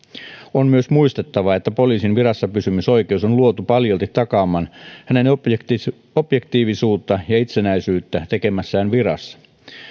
on myös muistettava että poliisin virassapysymisoikeus on luotu paljolti takaamaan hänen objektiivisuuttaan objektiivisuuttaan ja itsenäisyyttään hoitamassaan virassa